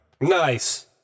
Nice